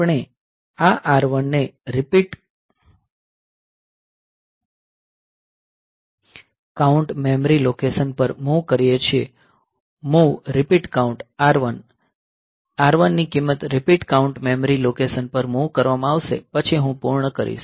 આપણે આ R1 ને રીપીટ કાઉન્ટ મેમરી લોકેશન પર મૂવ કરીએ છીએ MOV રીપીટ કાઉન્ટR1 R1 ની કિંમત રીપીટ કાઉન્ટ મેમરી લોકેશન પર મૂવ કરવામાં આવશે પછી હું પૂર્ણ કરીશ